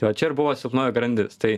jo čia ir buvo silpnoji grandis tai